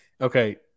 Okay